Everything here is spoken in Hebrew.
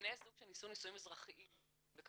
בני זוג שנישאו נישואין אזרחיים בקפריסין,